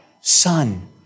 Son